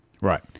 Right